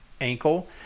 ankle